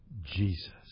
Jesus